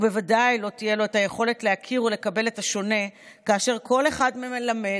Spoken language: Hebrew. בוודאי לא תהיה לו היכולת להכיר ולקבל את השונה כאשר כל אחד מלמד,